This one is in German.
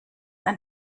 ein